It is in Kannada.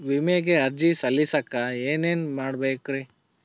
ವಿಮೆಗೆ ಅರ್ಜಿ ಸಲ್ಲಿಸಕ ಏನೇನ್ ಮಾಡ್ಬೇಕ್ರಿ?